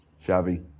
Shabby